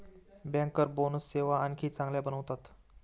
banker bonus सेवा आणखी चांगल्या बनवतात